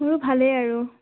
মোৰো ভালেই আৰু